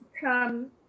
come